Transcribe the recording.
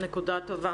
תודה.